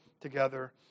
together